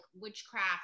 witchcraft